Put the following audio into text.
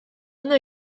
una